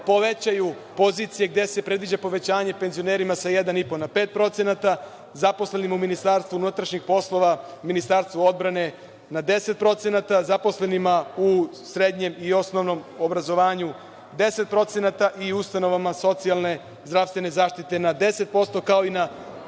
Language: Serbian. povećaju pozicije gde se predviđa povećanje penzionerima sa 1,5% na 5%, zaposlenima u Ministarstvu unutrašnjih poslova, Ministarstvu odbrane na 10%, zaposlenima u srednjem i osnovnom obrazovanju 10% i ustanovama socijalne, zdravstvene zaštite na 10%, kao i